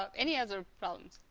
um any other problems